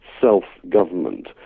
self-government